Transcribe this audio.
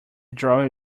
drawer